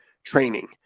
Training